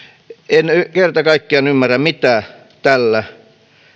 en kerta kaikkiaan ymmärrä mitä tällä